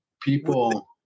people